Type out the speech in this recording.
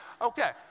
Okay